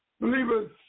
Believers